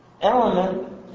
element